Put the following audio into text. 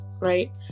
right